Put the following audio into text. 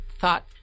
thought